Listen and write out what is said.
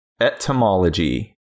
Etymology